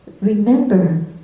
remember